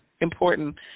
important